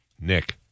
Nick